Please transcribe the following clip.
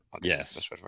Yes